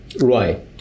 Right